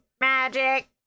Magic